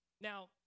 Now